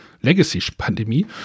Legacy-Pandemie